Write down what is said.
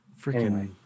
Freaking